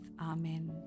Amen